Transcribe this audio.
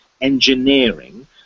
engineering